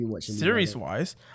series-wise